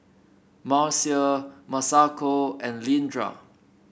Marcia Masako and Leandra